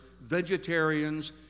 vegetarians